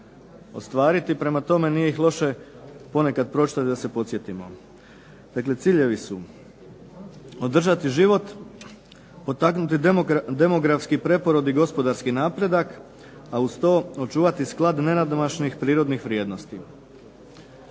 ostvariti, prema tome, nije ih loše ponekad pročitati da se podsjetimo. Dakle, ciljevi su održati život, potaknuti demografski preporod i gospodarski napredak, a uz to očuvati sklad nenadmašnih prirodnih vrijednosti.